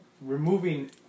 removing